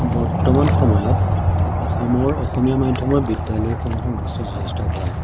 বৰ্তমান সময়ত অসমৰ অসমীয়া মাধ্যমৰ বিদ্যালয়সমূহৰ অৱস্থা যথেষ্ট ভাল